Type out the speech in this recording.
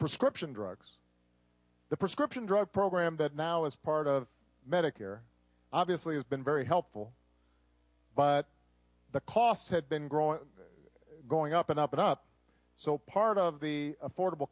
prescription drugs the prescription drug program that now is part of medicare obviously has been very helpful but the costs have been growing going up and up and up so part of the affordable